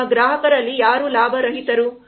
ನಮ್ಮ ಗ್ರಾಹಕರಲ್ಲಿ ಯಾರು ಲಾಭರಹಿತರು